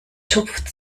tupft